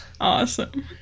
Awesome